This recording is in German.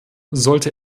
sollte